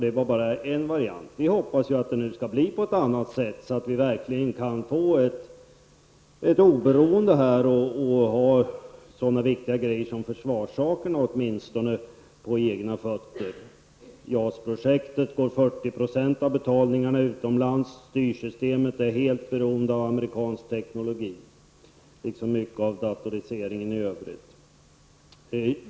Det är bara en aspekt på det hela. Vi hoppas att det nu skall bli på ett annat sätt, så att vårt land verkligen kan få ett oberoende, och då måste en så viktig sak som försvaret stå egna fötter. 40 % av betalningarna till JAS-projektet går till utlandet, och styrsystemet är helt beroende av amerikansk teknologi, liksom också mycket av datoriseringen i övrigt.